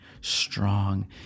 strong